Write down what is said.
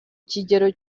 kigero